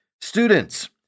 students